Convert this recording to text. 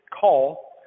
call